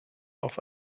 auf